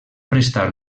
prestar